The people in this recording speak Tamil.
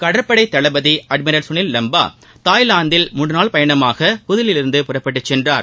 கடற்படை தளபதி அட்மிரல் சுனில் லம்பா தாய்லாந்தில் மூன்று நாள் பயணமாக புதுதில்லியில் இருந்து புறப்பட்டுச் சென்றார்